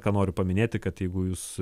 ką noriu paminėti kad jeigu jūs